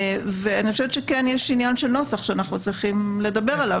אני חושבת שכן יש עניין של נוסח שאנחנו צריכים לדבר עליו